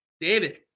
David